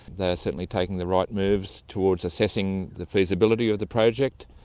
they are certainly taking the right moves towards assessing the feasibility of the project.